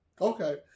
Okay